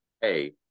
hey